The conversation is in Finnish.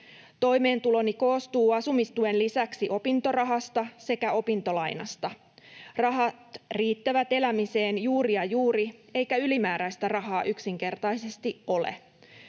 Toimeentuloni koostuu asumistuen lisäksi opintorahasta sekä opintolainasta. Rahat riittävät elämiseen juuri ja juuri, eikä ylimääräistä rahaa yksinkertaisesti ole.